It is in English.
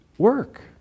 work